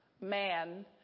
man